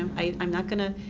um i'm not gonna,